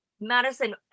madison